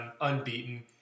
unbeaten